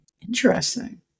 Interesting